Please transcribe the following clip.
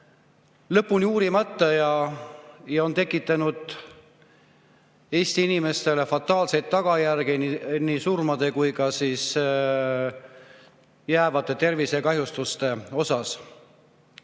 lõpuni uurimata ja on tekitanud Eesti inimestele fataalseid tagajärgi nii surmade kui ka jäävate tervisekahjustuste näol.